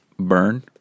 burn